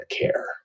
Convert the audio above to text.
care